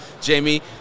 Jamie